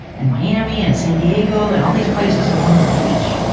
and miami and san diego and all these places along the beach.